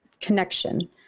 connection